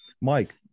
Mike